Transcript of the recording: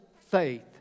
faith